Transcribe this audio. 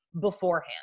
beforehand